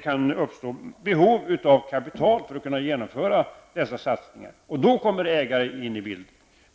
kan det givetvis uppstå behov av kapital. Då kommer ägaren in i bilden.